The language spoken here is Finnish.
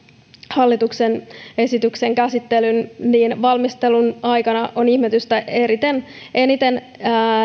hallituksen esityksen käsittelyn niin valmistelun aikana on ihmetystä aiheuttanut eniten